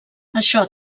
això